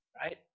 right